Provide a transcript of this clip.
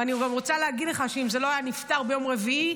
ואני גם רוצה להגיד לך שאם זה לא היה נפתר ביום רביעי,